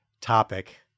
topic